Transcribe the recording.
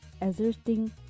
exerting